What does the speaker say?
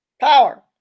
Power